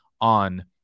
on